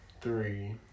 three